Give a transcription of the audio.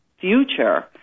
future